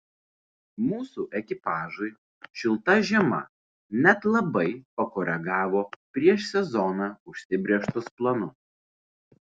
mūsų ekipažui šilta žiema net labai pakoregavo prieš sezoną užsibrėžtus planus